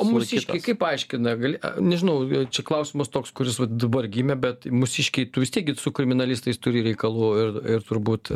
o mūsiškiai kaip paaiškina gali nežinau čia klausimas toks kuris vat dabar gimė bet mūsiškiai vis tiek gi su kriminalistais turi reikalų ir ir turbūt